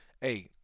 hey –